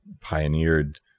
pioneered